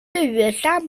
lura